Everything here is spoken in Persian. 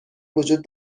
وجود